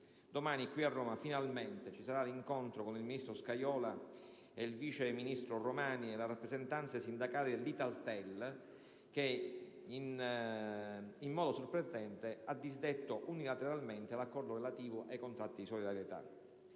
Domani, qui a Roma, ci sarà finalmente l'incontro tra il ministro Scajola, il vice ministro Romani e le rappresentanze sindacali dell'Italtel, che in modo sorprendente ha disdetto unilateralmente l'accordo relativo ai contratti di solidarietà.